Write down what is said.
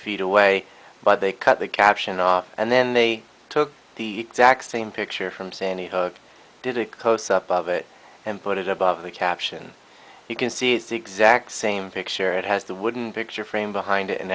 feet away but they cut the caption off and then they took the exact same picture from sandy hook did a close up of it and put it above the caption you can see it's the exact same picture it has the wooden picture frame behind it and